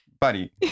Buddy